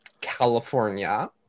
California